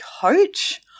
coach